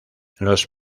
los